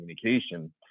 communication